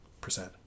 percent